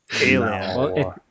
Alien